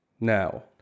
Now